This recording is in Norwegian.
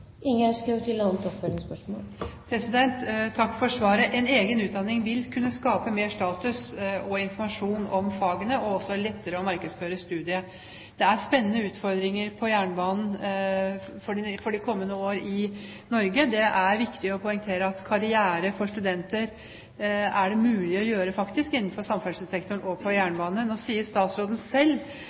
Takk for svaret. En egen utdanning vil kunne gi mer status, gi mer informasjon om fagene og også gjøre det lettere å markedsføre studiet. Det er spennende utfordringer for jernbanen de kommende år i Norge. Det er viktig å poengtere at det faktisk er mulig for studenter å gjøre karriere innenfor samferdselssektoren og jernbanen. Nå sier statsråden selv